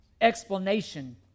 explanation